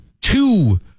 two